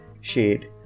shade